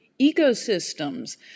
ecosystems